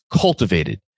cultivated